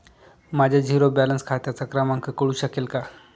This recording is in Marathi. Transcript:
माझ्या झिरो बॅलन्स खात्याचा क्रमांक कळू शकेल का?